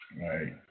right